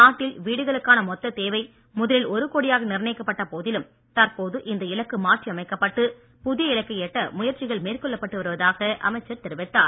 நாட்டில் வீடுகளுக்கான மொத்தத் தேவை முதலில் ஒரு கோடியாக நிர்ணயிக்கப்பட்ட போதிலும் தற்போது இந்த இலக்கு மாற்றி அமைக்கப்பட்டு புதிய இலக்கை எட்ட முயற்சிகள் மேற்கொள்ளப்பட்டு வருவதாக அமைச்சர் தெரிவித்தார்